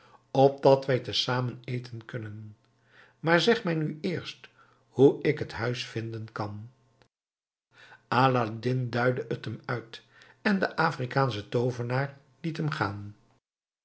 opdat wij te zamen eten kunnen maar zeg mij nu eerst hoe ik het huis vinden kan aladdin duidde t hem uit en de afrikaansche toovenaar liet hem gaan